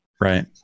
right